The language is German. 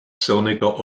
sonniger